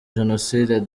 jenoside